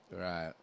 Right